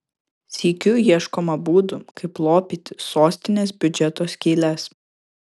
sykiu ieškoma būdų kaip lopyti sostinės biudžeto skyles